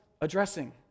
addressing